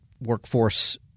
workforce